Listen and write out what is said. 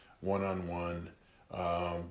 one-on-one